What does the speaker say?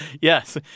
Yes